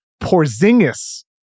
Porzingis